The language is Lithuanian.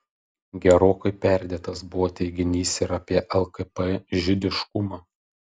gerokai perdėtas buvo teiginys ir apie lkp žydiškumą